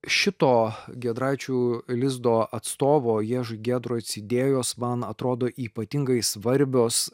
šito giedraičių lizdo atstovo jiež giedroic idėjos man atrodo ypatingai svarbios